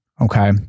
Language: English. Okay